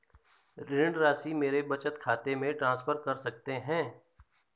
ऋण राशि मेरे बचत खाते में ट्रांसफर कर सकते हैं?